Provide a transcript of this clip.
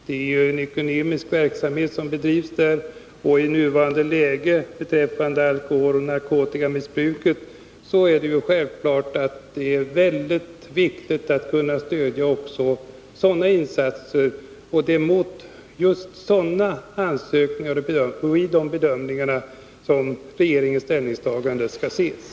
Här gäller det en ekumenisk verksamhet, och med tanke på dagens alkoholoch narkotikamissbruk är det självfallet mycket viktigt att stödja också sådan verksamhet. Det är mot bakgrund av våra bedömningar när det gäller sådana saker som regeringens ställningstagande skall ses.